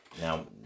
Now